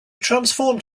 transformed